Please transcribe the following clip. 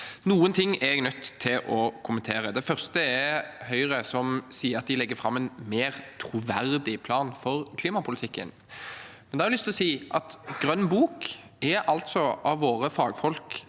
Noen ting er jeg nødt til å kommentere. Høyre sier at de legger fram en mer troverdig plan for klimapolitikken. Da har jeg lyst til å si at grønn bok av våre fagfolk